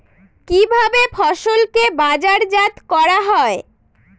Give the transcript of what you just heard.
কিভাবে ফসলকে বাজারজাত করা হয়?